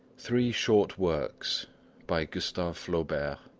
three short works by gustave flaubert